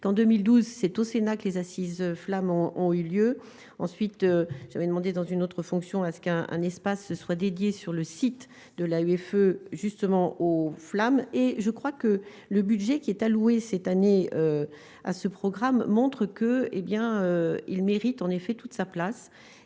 2012, c'est au Sénat que les assises flamands ont eu lieu, ensuite j'avais demandé, dans une autre fonction à ce qu'un un espace ce soit dédiée sur le site de la UFE justement aux flammes et je crois que le budget qui est alloué cette année à ce programme montre que, hé bien ils méritent, en effet, toute sa place